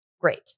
great